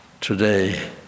today